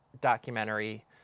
documentary